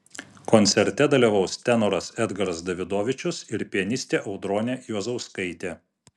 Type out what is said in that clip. koncerte dalyvaus tenoras edgaras davidovičius ir pianistė audronė juozauskaitė